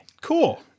Cool